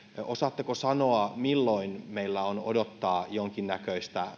osaatteko sanoa milloin meillä on odotettavissa jonkinnäköinen